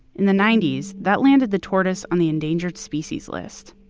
in the ninety s, that landed the tortoise on the endangered species list.